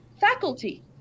faculty